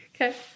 Okay